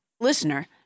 Listener